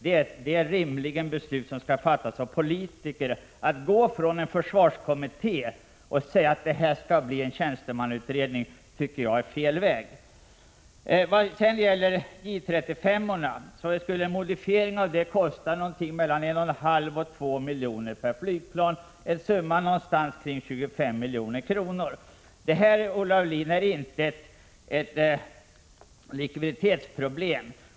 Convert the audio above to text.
Det är rimligen beslut som skall fattas av politiker. Att flytta dessa överväganden från en försvarskommitté till en tjänstemannautredning tycker jag är fel väg. Vad sedan gäller J 35:orna så skulle en modifiering av dem kosta mellan 1,5 och 2 milj.kr. per flygplan, en summa på omkring 25 milj.kr. Detta, Olle Aulin, är inte ett likviditetsproblem.